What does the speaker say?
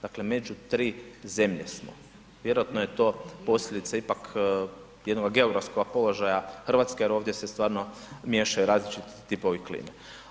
Dakle među 3 zemlje smo, vjerojatno je to posljedica ipak jednoga geografskoga položaja Hrvatske jer ovdje se stvarno miješaju različiti tipovi klime.